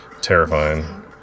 Terrifying